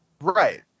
Right